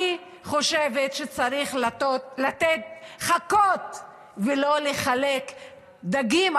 אני חושבת שצריך לתת חכות ולא לחלק דגים,